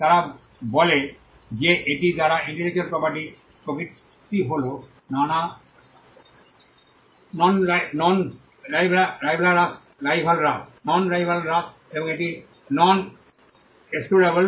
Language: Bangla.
তারা বলে যে এটি দ্বারা ইন্টেলেকচুয়াল প্রপার্টি প্রকৃতি হল নন রাইভালরাস এবং এটি নন এক্সক্লুডবল